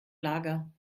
lager